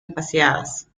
espaciadas